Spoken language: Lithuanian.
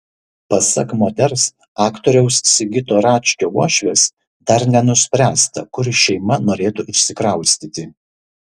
pasak moters aktoriaus sigito račkio uošvės dar nenuspręsta kur šeima norėtų išsikraustyti